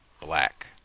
black